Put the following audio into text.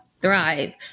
thrive